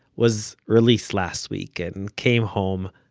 was released last week and came home,